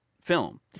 film